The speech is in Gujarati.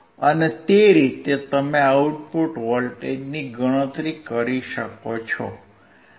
અને તે રીતે તમે આઉટપુટ વોલ્ટેજની ગણતરી કરી શકો છો